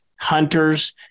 hunters